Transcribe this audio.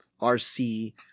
RC